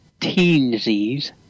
Teensies